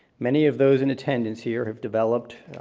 many of those in attendance here have developed,